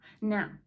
Now